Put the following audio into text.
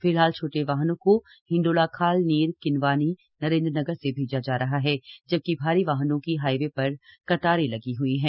फिलहाल छोटे वाहनों को हिंडोलाखाल नीर किनवानी नरेंद्रनगर से भेजा जा रहा है जबकि भारी वाहनों की हाईवे पर कतारें लगी हुई हैं